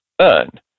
earn